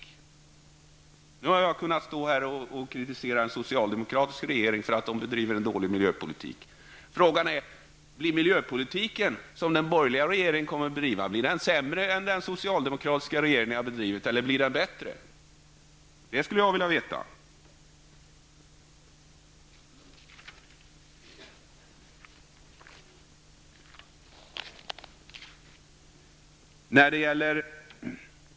Jag har nu kunnat stå här och kritisera den socialdemokratiska regeringen för att den bedriver en dålig miljöpolitik, men frågan är om den miljöpolitik som den borgerliga regeringen kommer att bedriva blir sämre eller bättre. Det skulle jag vilja veta.